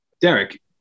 Derek